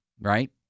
right